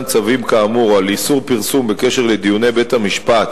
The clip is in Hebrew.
צווים כאמור על איסור פרסום בקשר לדיוני בית-המשפט